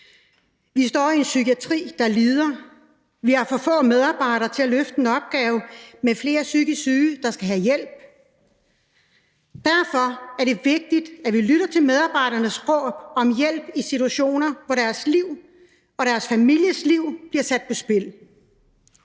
Vi står med en psykiatri, der lider, og vi har for få medarbejdere til at løfte en opgave med flere psykisk syge, der skal have hjælp. Derfor er det vigtigt, at vi lytter til medarbejdernes råb om hjælp i situationer, hvor deres liv og deres families liv bliver sat på spil.